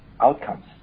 outcomes